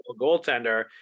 goaltender